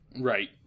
Right